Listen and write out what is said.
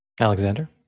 Alexander